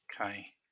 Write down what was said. okay